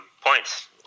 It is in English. points